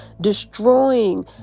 destroying